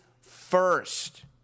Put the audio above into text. first